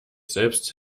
selbst